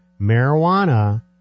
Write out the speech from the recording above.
marijuana